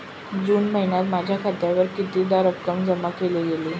जून महिन्यात माझ्या खात्यावर कितीदा रक्कम जमा केली गेली?